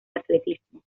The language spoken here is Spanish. atletismo